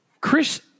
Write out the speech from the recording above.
Chris